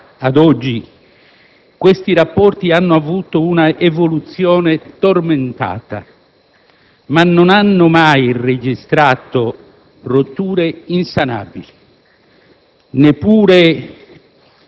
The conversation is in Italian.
Dal secondo dopoguerra ad oggi, tali rapporti hanno avuto un'evoluzione tormentata, ma non hanno mai registrato rotture insanabili,